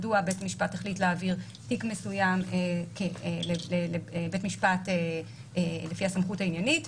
מדוע בית משפט החליט להעביר תיק מסוים לבית משפט לפי הסמכות העניינית,